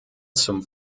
zum